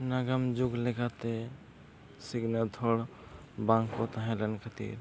ᱱᱟᱜᱟᱢ ᱡᱩᱜᱽ ᱞᱮᱠᱟᱛᱮ ᱥᱤᱠᱷᱱᱟᱹᱛ ᱦᱚᱲ ᱵᱟᱝ ᱠᱚ ᱛᱟᱦᱮᱸᱞᱮᱱ ᱠᱷᱟᱹᱛᱤᱨ